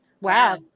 Wow